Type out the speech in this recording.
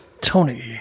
tony